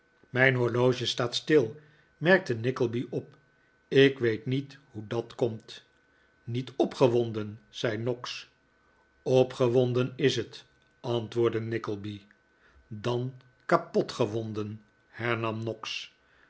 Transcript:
mijn horloge staat stil merkte nickleby op ik weet niet hoe dat komt niet opgewonden zei noggs opgewonden is het antwoordde nickleby dan kapot gewonden hernam noggs